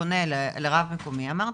פונה לרב מקומי - אמר,